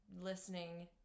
listening